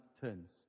turns